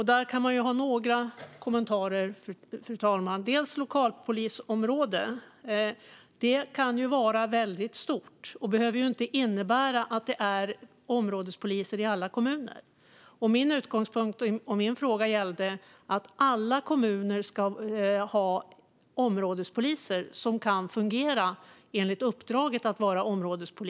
Det kan man ju ha några kommentarer om, fru talman. Ett lokalpolisområde kan vara väldigt stort. Det behöver inte innebära att det är områdespoliser i alla kommuner. Min utgångspunkt och min fråga gällde att alla kommuner ska ha områdespoliser som kan fungera enligt uppdraget att vara områdespolis.